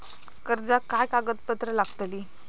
कर्जाक काय कागदपत्र लागतली?